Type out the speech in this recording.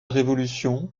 révolution